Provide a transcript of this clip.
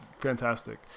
fantastic